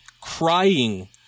crying